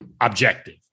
objective